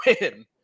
win